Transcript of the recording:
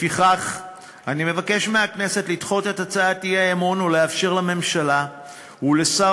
לפיכך אני מבקש מהכנסת לדחות את הצעת האי-אמון ולאפשר לממשלה ולשר